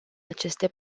aceste